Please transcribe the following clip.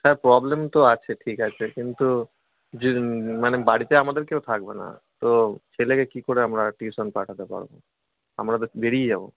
sir problem তো আছে ঠিক আছে কিন্তু মানে বাড়িতে আমাদের তো কেউ থাকবে না তো ছেলেকে কী করে আমরা টিউশন পাঠাতে পারব আমরা তো বেরিয়ে যাব